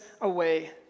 away